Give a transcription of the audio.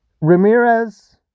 Ramirez